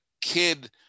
kid